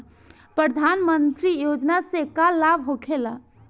प्रधानमंत्री योजना से का लाभ होखेला?